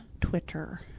Twitter